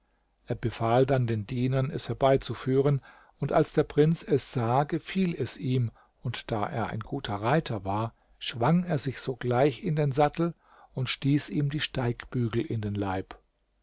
er befahl dann den dienern es herbeizuführen und als der prinz es sah gefiel es ihm und da er ein guter reiter war schwang er sich sogleich in den sattel und stieß ihm die steigbügel in den leib